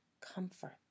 comfort